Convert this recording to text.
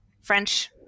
French